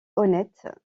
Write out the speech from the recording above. honnête